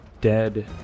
Dead